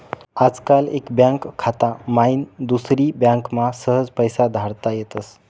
आजकाल एक बँक खाता माईन दुसरी बँकमा सहज पैसा धाडता येतस